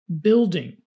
building